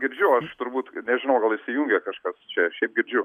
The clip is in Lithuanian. girdžiu aš turbūt nežinau gal išsijungė kažkas čia šiaip girdžiu